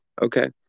okay